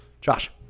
Josh